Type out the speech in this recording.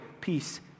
peace